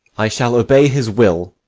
i shall obey his will.